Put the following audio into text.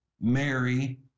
Mary